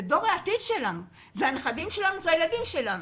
זה דור העתיד שלנו, זה הנכדים והילדים שלנו.